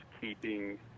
keeping